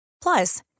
Plus